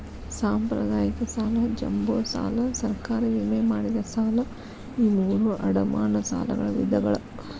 ಸಾಂಪ್ರದಾಯಿಕ ಸಾಲ ಜಂಬೋ ಸಾಲ ಸರ್ಕಾರಿ ವಿಮೆ ಮಾಡಿದ ಸಾಲ ಈ ಮೂರೂ ಅಡಮಾನ ಸಾಲಗಳ ವಿಧಗಳ